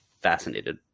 fascinated